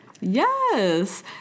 Yes